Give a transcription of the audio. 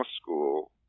school